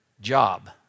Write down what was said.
job